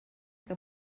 que